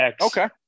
Okay